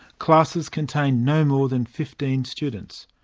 classes contain no more than fifteen students.